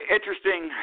Interesting